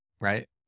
Right